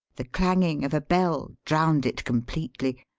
the clanging of a bell drowned it completely.